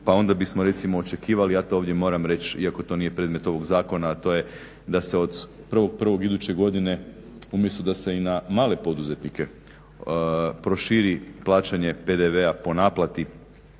pa onda bismo očekivali ja to ovdje moram reći iako to nije predmet ovoga zakona a to je da se od 1.1.iduće godine umjesto da se i na male poduzetnike proširi plaćanje PDV-a po naplati